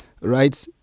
right